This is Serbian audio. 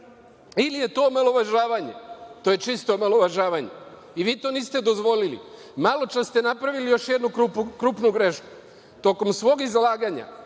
Ili je to omalovažavanje? To je čisto omalovažavanje i vi ste to dozvolili. Maločas ste napravili još jednu krupnu grešku. Tokom svog izlaganja